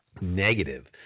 negative